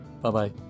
Bye-bye